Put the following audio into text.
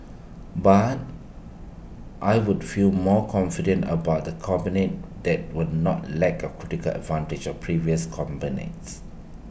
but I would feel more confident about A cabinet that will not lack A crucial advantage of previous cabinets